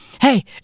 Hey